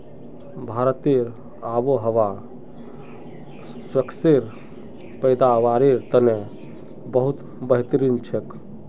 भारतेर आबोहवा स्क्वैशेर पैदावारेर तने बहुत बेहतरीन छेक